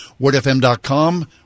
wordfm.com